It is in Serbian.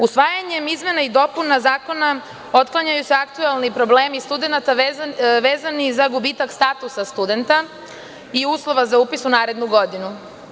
Usvajanjem izmena i dopuna zakona otklanjaju se aktuelni problemi studenata vezanih za gubitak statusa studenta i uslova za upis u narednu godinu.